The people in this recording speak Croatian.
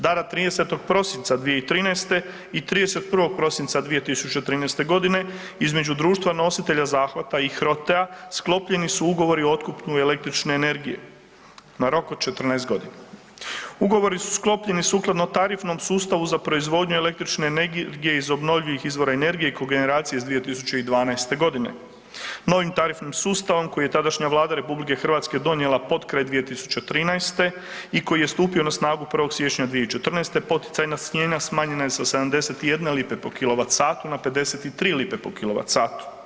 Dana 30. prosinca 2013. i 31. prosinca 2013.g. između društva nositelja zahvata i HROTE-a sklopljeni su Ugovori o otkupu električne energije na rok od 14.g. Ugovori su sklopljeni sukladno tarifnom sustavu za proizvodnju električne energije iz obnovljivih izvora energije i kogeneracije iz 2012.g. Novim tarifnim sustavom koji je tadašnja Vlada RH donijela potkraj 2013. i koji je stupio na snagu 1. siječnja 2014. poticajna cijena smanjena je sa 71 lipe po kilovatsatu na 53 lipe po kilovatsatu.